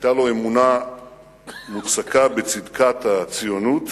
היתה לו אמונה מוצקה בצדקת הציונות,